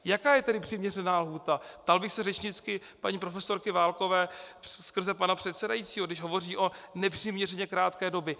Jaká je tedy přiměřená lhůta? ptal bych se řečnicky paní profesorky Válkové skrze pana předsedajícího, když hovoří o nepřiměřeně krátké době.